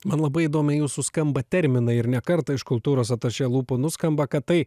man labai įdomiai jūsų skamba terminai ir ne kartą iš kultūros atašė lūpų nuskamba kad tai